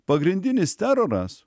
pagrindinis teroras